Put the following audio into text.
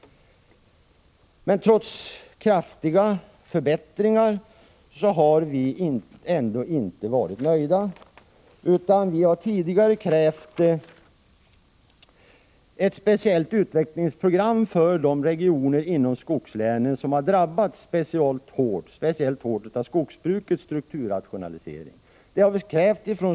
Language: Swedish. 1 april 1986 Trots kraftiga förbättringar har vi ändå inte varit nöjda, utan vi har från socialdemokratiskt håll i länet tidigare krävt ett speciellt utvecklingsprogram för de regioner inom skogslänen som har drabbats speciellt hårt av skogsbrukets strukturrationalisering.